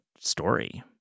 story